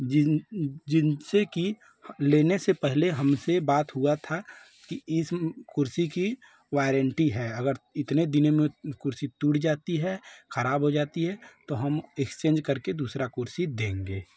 जिन जिनसे की लेने से पहले हमसे बात हुआ था कि इस कुर्सी की वारंटी है अगर इतने दिनों में कुर्सी टूट जाती है खराब हो जाती है तो हम एक्सचेंज करके दूसरा कुर्सी देंगे